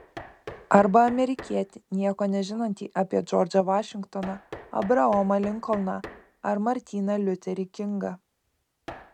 arba amerikietį nieko nežinantį apie džordžą vašingtoną abraomą linkolną ar martyną liuterį kingą